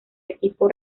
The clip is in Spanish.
equipo